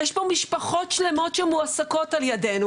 יש פה משפחות שלמות שמועסקות על ידינו